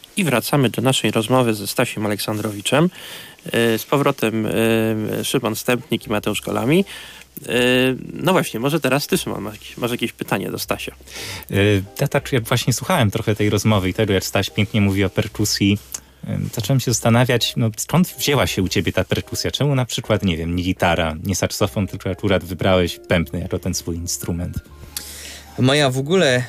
I wracamy do naszej rozmowy ze Stasiem Aleksandrowiczem. Yy, z powrotem, yy, Szymon Stępnik i Mateusz Kolami. Yy, no właśnie, może teraz ty, Szymon, masz jakieś- masz jakieś pytanie do Stasia? Yy, ja tak, jak właśnie słuchałem trochę tej rozmowy i tego, jak Staś pięknie mówi o perkusji, yy, zacząłem się zastanawiać, no, skąd wzięła się u ciebie ta perkusja? Czemu na przykład, nie wiem, nie gitara, nie saksofon, tylko akurat wybrałeś pępny jako ten swój instrument? Moja w ogóle